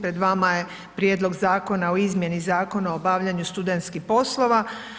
Pred vama je Prijedlog zakona o izmjeni Zakona o obavljanju studentskih poslova.